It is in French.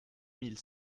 mille